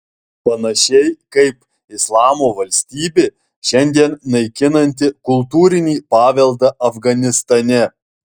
panašiai kaip islamo valstybė šiandien naikinanti kultūrinį paveldą afganistane